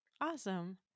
Awesome